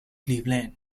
cleveland